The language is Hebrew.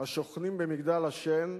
השוכנים במגדל השן,